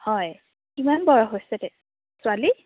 হয় কিমান বয়স হৈছে ছোৱালীৰ